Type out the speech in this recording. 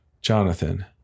Jonathan